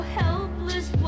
helpless